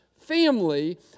family